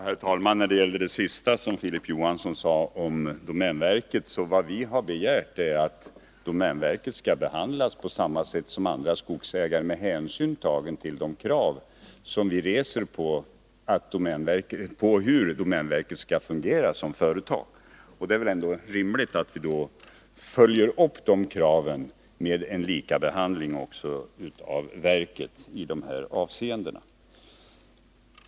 Herr talman! När det gäller det som Filip Johansson senast sade om Anslag inom jorddomänverket vill jag svara att vad vi har begärt är att domänverket skall bruksdepartemenbehandlas på samma sätt som andra skogsägare med hänsyn till de krav som tets verksamhetsvi reser på hur domänverket skall fungera som företag. Det är då rimligt att vi område följer upp dessa krav med en likabehandling av verket i dessa avseenden.